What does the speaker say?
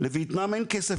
לויאטנם אין כסף